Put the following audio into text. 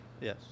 yes